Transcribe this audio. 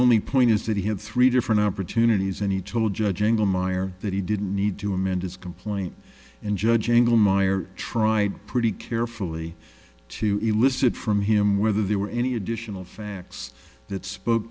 only point is that he had three different opportunities and he told judge ingle meyer that he didn't need to amend his complaint and judge ingle meyer tried pretty carefully to elicit from him whether there were any additional facts that spoke